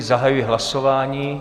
Zahajuji hlasování.